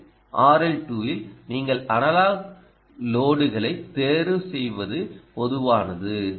ஓ RL2 ல் நீங்கள் analogue லோடுகளைத் தேர்வு செய்வது பொதுவானது